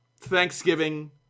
Thanksgiving